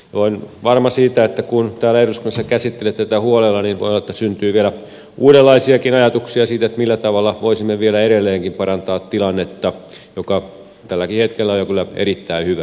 olen varma siitä että kun täällä eduskunnassa käsittelette tätä huolella niin voi olla että syntyy vielä uudenlaisiakin ajatuksia siitä millä tavalla voisimme vielä edelleenkin parantaa tilannetta joka tälläkin hetkellä on jo kyllä erittäin hyvä